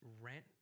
rent